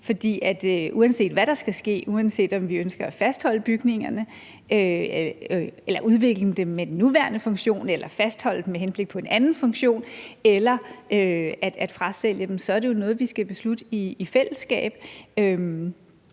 For uanset hvad der skal ske, uanset om vi ønsker at udvikle bygningerne med deres nuværende funktion eller fastholde dem med henblik på en anden funktion eller frasælge dem, så er det jo noget, vi skal beslutte i fællesskab.